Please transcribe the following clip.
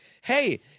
Hey